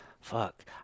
Fuck